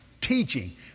teaching